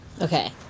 Okay